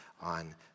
on